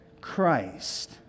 Christ